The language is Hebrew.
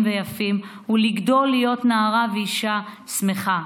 ויפים ולגדול להיות נערה ואישה שמחה.